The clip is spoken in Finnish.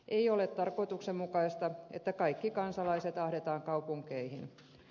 ei ole tarkoituksenmukaista että kaikki kansalaiset ahdetaan kaupunkeihin